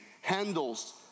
handles